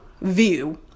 view